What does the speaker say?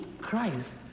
Christ